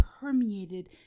permeated